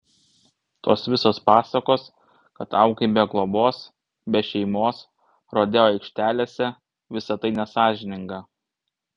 tos visos pasakos kad augai be globos be šeimos rodeo aikštelėse visa tai nesąžininga